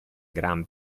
gran